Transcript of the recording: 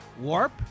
Warp